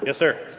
yeah sir?